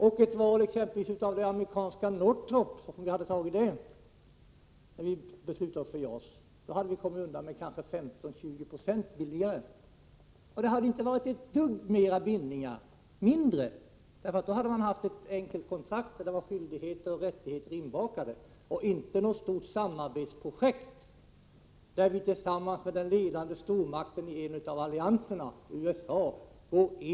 Vid ett val exempelvis av det amerikanska Northrop-planet när det var aktuellt att ta ställning till JAS hade vi kanske kommit undan 15-20 2 billigare. Detta skulle inte på något sätt ha medfört större bindningar utan mindre sådana, eftersom man då hade haft ett enkelt kontrakt med skyldigheter och rättigheter inbakade. Det skulle inte ha varit fråga om något stort samarbetsprojekt, där vi bygger vehikel tillsammans med den ledande stormakten i en av allianserna, USA.